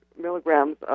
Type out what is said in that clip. milligrams